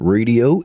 Radio